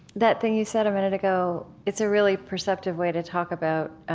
that thing you said a minute ago, it's a really perceptive way to talk about